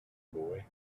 boy